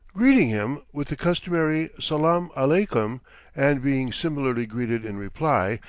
greeting him with the customary salaam aleykum and being similarly greeted in reply,